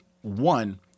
one